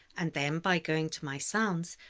and then, by going to my sounds,